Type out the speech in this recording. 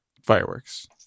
Fireworks